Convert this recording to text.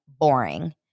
boring